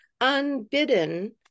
unbidden